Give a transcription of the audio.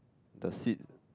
the seat